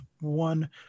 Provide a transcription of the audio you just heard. one